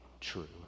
true